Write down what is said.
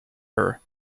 her